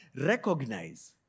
recognize